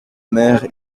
mère